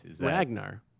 Ragnar